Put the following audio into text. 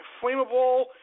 flammable